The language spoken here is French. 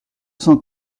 cent